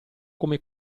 come